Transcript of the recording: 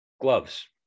Gloves